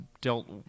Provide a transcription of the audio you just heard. dealt